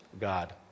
God